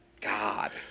God